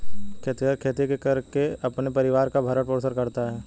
खेतिहर खेती करके अपने परिवार का भरण पोषण करता है